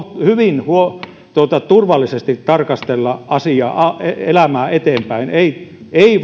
hyvin turvallisesti tarkastella elämää eteenpäin ei ei